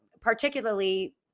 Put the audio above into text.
particularly